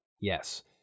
Yes